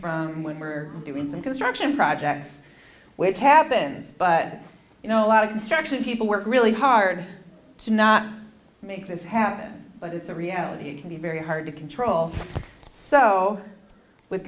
from when we're doing some construction projects which happens but you know a lot of construction people work really hard to not make this happen but it's a reality can be very hard to control so with